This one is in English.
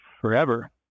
forever